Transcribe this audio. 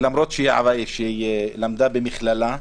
למרות שהיא למדה במכללה,